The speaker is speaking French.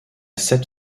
sept